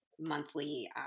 monthly